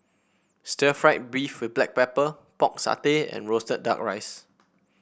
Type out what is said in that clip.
Stir Fried Beef with Black Pepper Pork Satay and roasted duck rice